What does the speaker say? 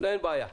אין בעיה.